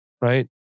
right